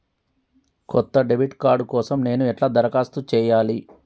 కొత్త debit card కోసం నేను ఎట్లా దరఖాస్తు చేయాలి?